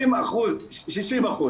60%,